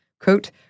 quote